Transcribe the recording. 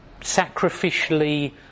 sacrificially